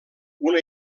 una